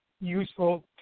useful